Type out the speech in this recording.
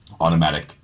automatic